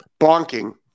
Bonking